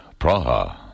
Praha